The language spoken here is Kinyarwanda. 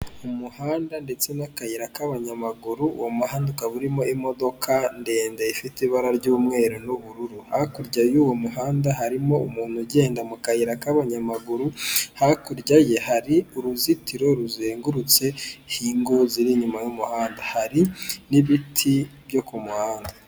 Umuhanda ndetse n'akayira k'abanyamaguru, uwo muhanda urimo imodoka ndende ifite ibara ry'umweru n'ubururu, hakurya y'uwo muhanda harimo umuntu ugenda mu kayira k'abanyamaguru, hakurya ye hari uruzitiro ruzengurutseho ingo ziri inyuma y'umuhanda, hari n'ibiti byo ku muhanda.